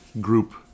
group